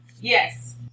Yes